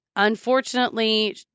Unfortunately